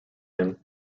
him